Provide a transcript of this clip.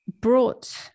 brought